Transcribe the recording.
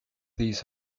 these